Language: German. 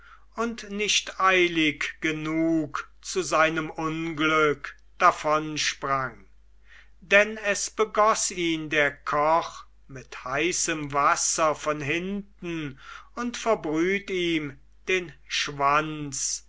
und nicht eilig genug zu seinem unglück davonsprang denn es begoß ihn der koch mit heißem wasser von hinten und verbrüht ihm den schwanz